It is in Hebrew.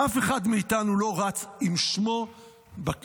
אף אחד מאיתנו לא רץ עם שמו לבוחרים,